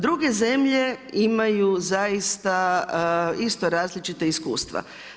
Druge zemlje imaju zaista isto različita iskustva.